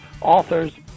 authors